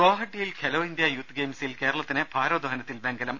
ഗോഹട്ടിയിൽ Khelo India youth ഗെയിംസിൽ കേരളത്തിന് ഭാരോദ്ധഹ നത്തിൽ വെങ്കലം